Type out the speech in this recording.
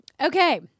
Okay